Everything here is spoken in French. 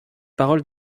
parole